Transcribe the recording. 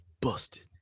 Busted